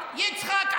יצחק?